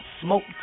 smoke